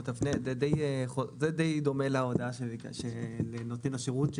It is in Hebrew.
זה די דומה להודעה של נותן השירות.